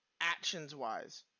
actions-wise